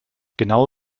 genau